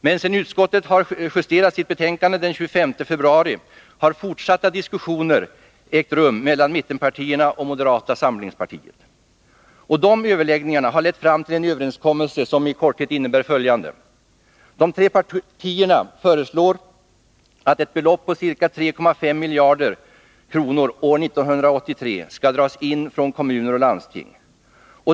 Men sedan utskottet justerat sitt betänkande den 25 februari har fortsatta diskussioner ägt rum mellan mittenpartierna och moderata samlingspartiet. Dessa överläggningar har lett fram till en överenskommelse, som i korthet innebär följande: De tre partierna föreslår att ett belopp om ca 3,5 miljarder år 1983 skall dras in från kommuner och landsting.